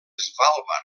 svalbard